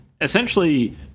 essentially